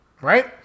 Right